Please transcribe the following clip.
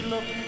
Look